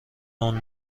اون